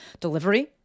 delivery